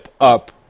up